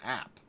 app